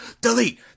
delete